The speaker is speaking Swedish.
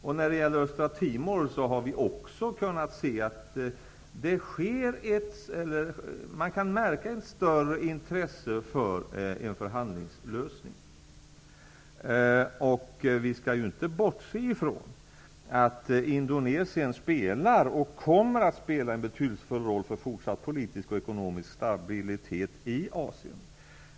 Också när det gäller Östra Timor menar vi att man kan märka ett större intresse för en förhandlingslösning. Vi skall heller inte bortse från att Indonesien spelar och kommer att spela en betydelsefull roll för en fortsatt politisk och ekonomisk stabilitet i Asien.